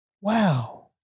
wow